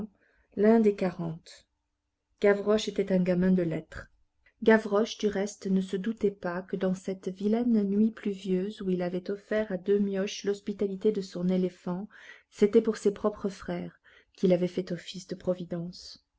l'un des quarante gavroche était un gamin de lettres gavroche du reste ne se doutait pas que dans cette vilaine nuit pluvieuse où il avait offert à deux mioches l'hospitalité de son éléphant c'était pour ses propres frères qu'il avait fait office de providence